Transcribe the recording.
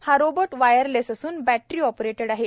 हा robot wireless असून battery operated आहे